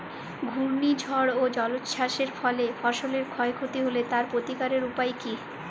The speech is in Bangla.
ঘূর্ণিঝড় ও জলোচ্ছ্বাস এর ফলে ফসলের ক্ষয় ক্ষতি হলে তার প্রতিকারের উপায় কী?